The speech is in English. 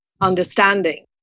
understanding